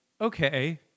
okay